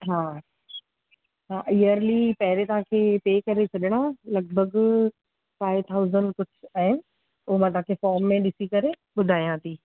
हा हा इयरली पहिरीं तव्हांखे पे करे छॾिणा लगभॻि फ़ाइव थाउज़्ड कुझु आहिनि हू मां तव्हांखे फ़ॉम में ॾिसी करे ॿुधायां थी